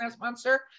monster